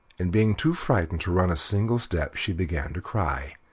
and being too frightened to run a single step, she began to cry,